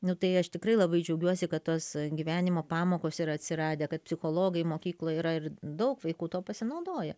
nu tai aš tikrai labai džiaugiuosi kad tos gyvenimo pamokos yra atsiradę kad psichologai mokykloj yra ir daug vaikų tuo pasinaudoja